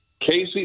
Casey